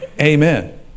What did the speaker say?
amen